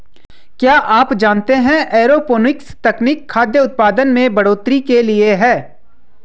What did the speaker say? क्या आप जानते है एरोपोनिक्स तकनीक खाद्य उतपादन में बढ़ोतरी के लिए है?